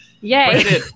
Yay